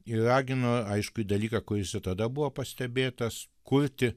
ir ragino aiškų dalyką kuris jau tada buvo pastebėtas kurti